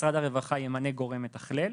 משרד הרווחה ימנה גורם מתכלל,